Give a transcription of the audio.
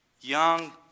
young